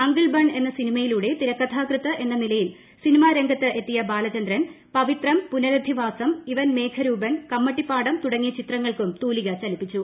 uncle Bun എന്ന സിനിമയിലൂടെ തിരക്കഥാകൃത്ത് എന്ന നിലയിൽ സിനിമാ രംഗത്ത് എത്തിയ ബാലചന്ദ്രൻ പവിത്രം പുനരിധവാസം ഇവൻ മേഘരൂപൻ കമ്മട്ടിപ്പാടം തുടങ്ങിയ ചിത്രങ്ങൾക്കും തൂലിക ചലിപ്പിച്ചു